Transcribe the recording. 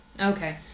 Okay